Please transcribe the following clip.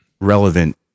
relevant